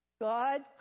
God